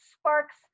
sparks